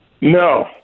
no